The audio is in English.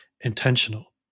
intentional